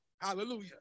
Hallelujah